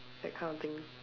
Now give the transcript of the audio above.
that kind of thing